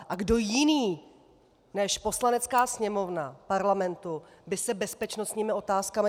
A kdo jiný než Poslanecká sněmovna Parlamentu by se měl zabývat bezpečnostními otázkami?